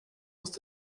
musst